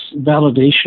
validation